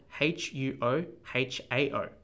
H-U-O-H-A-O